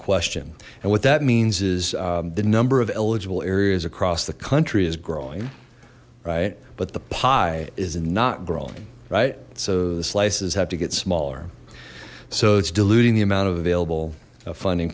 question and what that means is the number of eligible areas across the country is growing right but the pie is not growing right so the slices have to get smaller so it's diluting the amount of available funding